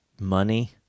money